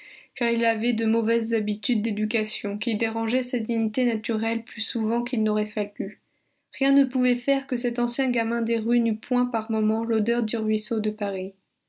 car il avait de mauvaises habitudes d'éducation qui dérangeaient sa dignité naturelle plus souvent qu'il n'aurait fallu rien ne pouvait faire que cet ancien gamin des rues n'eût point par moments l'odeur du ruisseau de paris